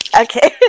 okay